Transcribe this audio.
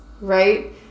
right